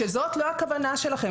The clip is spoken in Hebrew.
שזאת לא הכוונה שלכם,